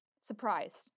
surprised